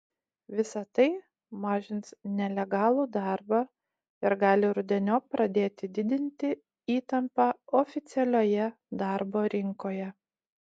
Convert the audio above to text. visa tai mažins nelegalų darbą ir gali rudeniop pradėti didinti įtampą oficialioje darbo rinkoje